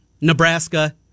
Nebraska